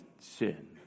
sin